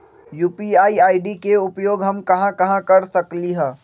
UPI ID के उपयोग हम कहां कहां कर सकली ह?